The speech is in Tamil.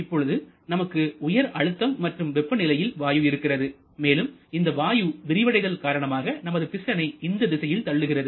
இப்பொழுது நமக்கு உயர் அழுத்தம் மற்றும் வெப்ப நிலையில் வாயு இருக்கிறது மேலும் இந்த வாயு விரிவடைதல் காரணமாக நமது பிஸ்டனை இந்த திசையில் தள்ளுகிறது